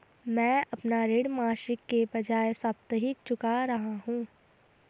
मैं अपना ऋण मासिक के बजाय साप्ताहिक चुका रहा हूँ